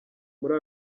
muri